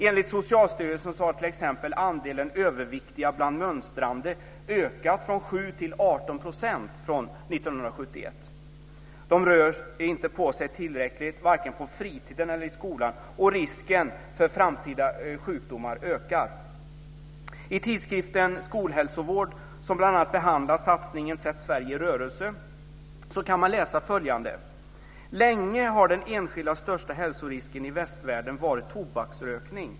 Enligt Socialstyrelsen har t.ex. andelen överviktiga bland mönstrande ökat från 7 till 18 % från 1971. De rör inte på sig tillräckligt varken på fritiden eller i skolan, och risken för framtida sjukdomar ökar. I tidskriften Skolhälsovård, som bl.a. behandlar satsningen "Sätt Sverige i rörelse", kan man läsa följande: "Länge har den enskilda största hälsorisken i västvärlden varit tobaksrökning.